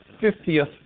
fiftieth